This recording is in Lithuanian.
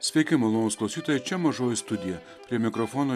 sveiki malonūs klausytojai čia mažoji studija prie mikrofono